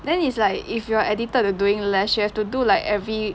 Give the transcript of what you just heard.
then it's like if you are addicted to doing lash you have to do like every